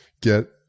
Get